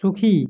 সুখী